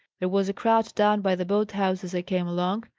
there was a crowd down by the boat-house as i came along,